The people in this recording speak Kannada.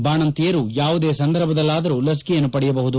ಬಾಣಂತಿಯರು ಯಾವುದೇ ಸಂದರ್ಭದಲ್ಲಾದರೂ ಲಸಿಕೆಯನ್ನು ಪಡೆಯಬಹುದು